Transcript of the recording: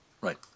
Right